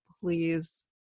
please